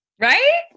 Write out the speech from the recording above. Right